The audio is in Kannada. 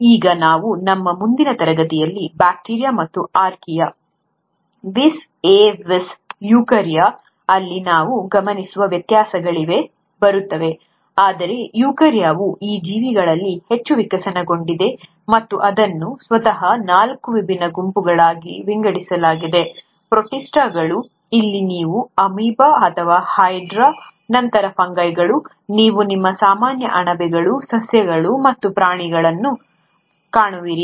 ಈಗ ನಾವು ನಮ್ಮ ಮುಂದಿನ ತರಗತಿಯಲ್ಲಿ ಬ್ಯಾಕ್ಟೀರಿಯಾ ಮತ್ತು ಆರ್ಕಿಯಾ ವಿಸ್ ಎ ವಿಸ್ ಯುಕಾರ್ಯvis à vis eukarya ಅಲ್ಲಿ ನಾವು ಗಮನಿಸುವ ವ್ಯತ್ಯಾಸಗಳಿಗೆ ಬರುತ್ತೇವೆ ಆದರೆ ಯುಕಾರ್ಯವು ಈ ಜೀವಿಗಳಲ್ಲಿ ಹೆಚ್ಚು ವಿಕಸನಗೊಂಡಿದೆ ಮತ್ತು ಅದನ್ನು ಸ್ವತಃ ನಾಲ್ಕು ವಿಭಿನ್ನ ಗುಂಪುಗಳಾಗಿ ವಿಂಗಡಿಸಲಾಗಿದೆ ಪ್ರೋಟಿಸ್ಟ್ಗಳು ಇಲ್ಲಿ ನೀವು ಅಮೀಬಾ ಅಥವಾ ಹೈಡ್ರಾ ನಂತರ ಫಂಗೈಗಳು ನೀವು ನಿಮ್ಮ ಸಾಮಾನ್ಯ ಅಣಬೆಗಳು ಸಸ್ಯಗಳು ಮತ್ತು ಪ್ರಾಣಿಗಳನ್ನು ಕಾಣುವಿರಿ